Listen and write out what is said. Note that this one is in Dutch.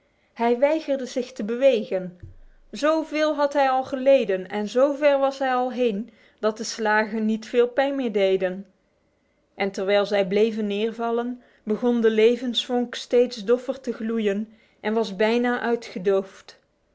waar zijn mestrach nejg hiwrdzchte bewegen zoveel had hij al geleden en zo ver was hij al heen dat de slagen niet veel pijn meer deden en terwijl zij bleven neervallen begon de levensvonk steeds doffer te gloeien en was bijna uitgedoofd